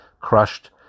crushed